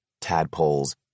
tadpoles